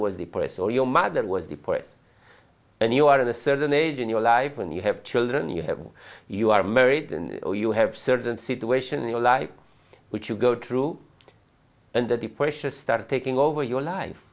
was depressed or your mother was depressed and you are in a certain age in your life and you have children you have and you are married and you have certain situation in your life which you go through and the depression started taking over your life